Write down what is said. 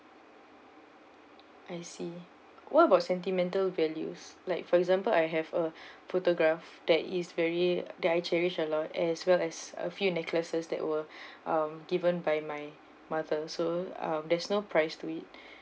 I see what about sentimental values like for example I have a photograph that is very that I cherish a lot as well as a few necklaces that were uh given by my mother so uh there is no price to it